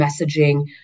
messaging